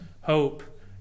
hope